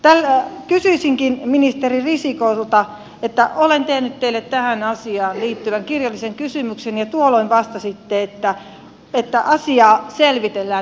älkää kysyisinkin ministeri risikolta että olen tehnyt ministeri risikolle tähän asiaan liittyvän kirjallisen kysymyksen ja tuolloin vastasitte että asiaa selvitellään ministeriössä